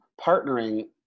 partnering